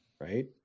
right